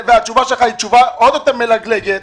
והתשובה שלך היא תשובה עוד יותר מלגלגת,